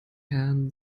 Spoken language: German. herrn